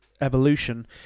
Evolution